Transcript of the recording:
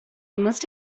must